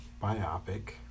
biopic